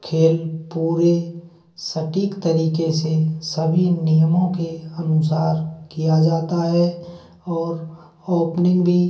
खेल पूरे सटीक तरीके से सभी नियमों के अनुसार किया जाता है और ओपनिंग भी